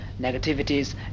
negativities